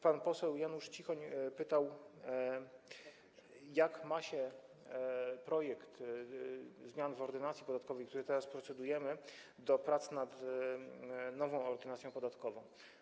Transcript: Pan poseł Janusz Cichoń zapytał, jak ma się projekt zmian Ordynacji podatkowej, nad którym teraz procedujemy, do prac nad nową Ordynacją podatkową.